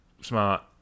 smart